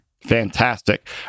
Fantastic